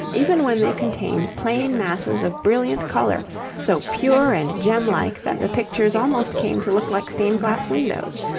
even when they contained plain masses of brilliant colour so pure and gem-like that the pictures almost came to look like stained-glass windows.